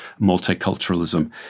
multiculturalism